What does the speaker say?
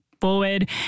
forward